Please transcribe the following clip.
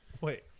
Wait